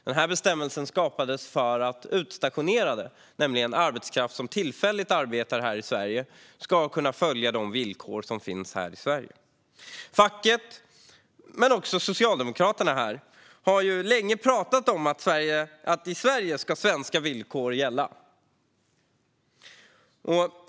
Denna bestämmelse skapades för att utstationerade, alltså arbetskraft som tillfälligt arbetar i Sverige, skulle kunna följa de villkor som finns här. Facket och Socialdemokraterna har länge talat om att i Sverige ska svenska villkor gälla.